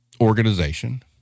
organization